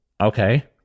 okay